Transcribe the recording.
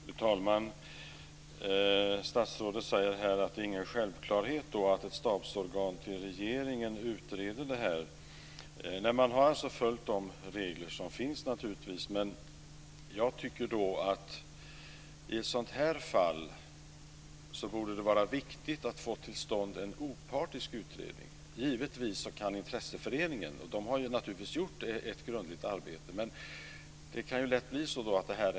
Fru talman! Statsrådet säger här att det inte är någon självklarhet att ett stabsorgan till regeringen utreder detta. Man har naturligtvis följt de regler som finns, men jag tycker att det borde vara viktigt att få till stånd en opartisk utredning i ett sådant här fall. Givetvis kan intresseföreningen ta hand om detta, och den har naturligtvis gjort ett grundligt arbete. Men det kan då lätt bli en partsinlaga.